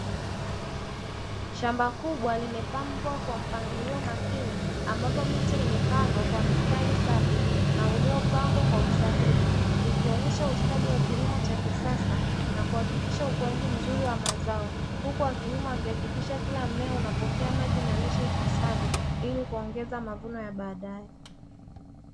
Shamba kubwa limepambwa kwa mpangilio makini ambapo miche imepandwa kwa mstari safi na uliyopangwa kwa usahihi, ikionyesha ustadi wa kilimo cha kisasa na kuhakikisha ukuaji mzuri wa mazao, huku wakulima wakihakikisha kila mmea unapokea maji na lishe ipasavyo ili kuongeza mavuno ya baadae.